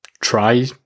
try